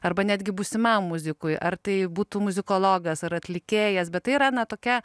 arba netgi būsimam muzikui ar tai būtų muzikologas ar atlikėjas bet tai yra na tokia